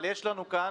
אבל יש לנו כאן